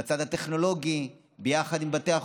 בצד הטכנולוגי, ביחד עם בתי החולים,